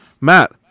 Matt